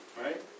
right